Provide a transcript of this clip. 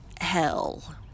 hell